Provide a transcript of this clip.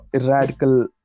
radical